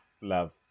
love